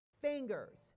fingers